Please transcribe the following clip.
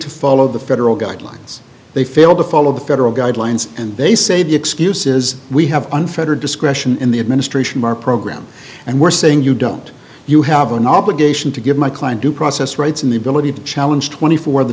to follow the federal guidelines they failed to follow the federal guidelines and they say the excuse is we have unfettered discretion in the administration our program and we're saying you don't you have an obligation to give my client due process rights and the ability to challenge twenty four